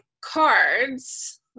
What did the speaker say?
cards